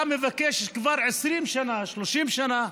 אתה מבקש מהעירייה כבר 20 שנה, 30 שנה,